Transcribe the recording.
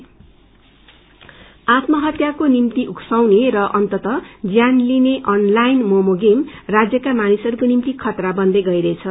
momo game आत्म हत्याक्रे निम्ति उकसाउने र अन्तत ज्यान लिने अनलाईन मोमो गेम राज्यका मानिसहरूको निम्ति खतरा बन्दै गईरहेछ